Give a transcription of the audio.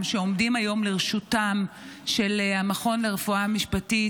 שעומדים היום לרשותו של המכון לרפואה משפטית,